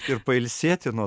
ir pailsėti nuo